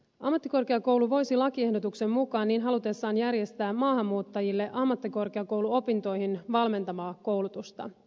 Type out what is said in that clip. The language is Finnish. ammattikorkeakoulu voisi lakiehdotuksen mukaan niin halutessaan järjestää maahanmuuttajille ammattikorkeakouluopintoihin valmentavaa koulutusta